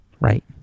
Right